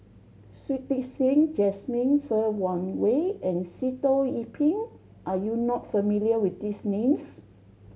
Shui Tit Sing Jasmine Ser Xiang Wei and Sitoh Yih Pin are you not familiar with these names